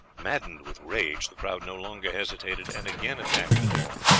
maddened with rage the crowd no longer hesitated, and again attacked the door.